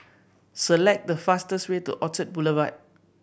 select the fastest way to Orchard Boulevard